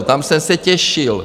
Tam jsem se těšil